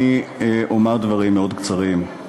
אני אומר דברים מאוד קצרים.